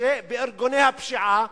בארגוני הפשיעה,